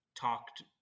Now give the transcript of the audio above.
talked